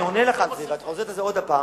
אני עונה לך על זה ואת חוזרת על זה עוד הפעם.